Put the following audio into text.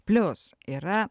plius yra